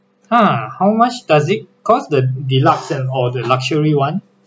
ha how much does it cost the deluxe and or the luxury one